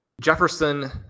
Jefferson